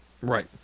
Right